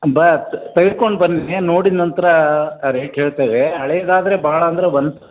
but ತೆಗಿದ್ಕೊಂಡು ಬನ್ನಿ ನೋಡಿದ ನಂತ್ರ ರೇಟ್ ಹೇಳ್ತೇವೆ ಹಳೇದ್ ಆದರೆ ಭಾಳ ಅಂದ್ರೆ ಒಂದು